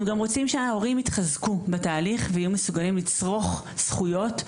אנחנו גם רוצים שההורים יתחזקו בתהליך ויהיו מסוגלים לצורך זכויות.